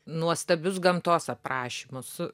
nuostabius gamtos aprašymus